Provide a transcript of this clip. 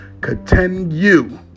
continue